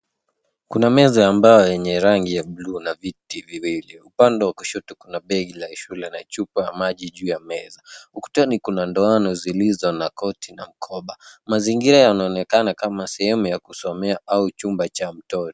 Kuna meza ya mbao yenye rangi ya buluu, na viti viwili. Upande wa kushoto kuna begi la shule na chupa ya maji juu ya meza. Ukutani kuna ndoano zilizo na koti na mkoba. Mazingira yanaonekana kama sehemu ya kusomea au chumba cha mtoto.